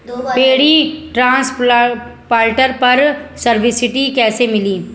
Paddy transplanter पर subsidy कैसे मिली?